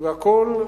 והכול,